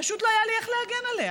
פשוט לא היה לי איך להגן עליה.